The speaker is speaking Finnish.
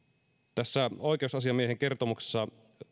tässä oikeusasiamiehen kertomuksessa